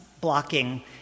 blocking